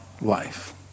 life